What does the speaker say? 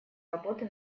работы